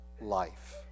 life